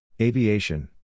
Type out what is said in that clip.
aviation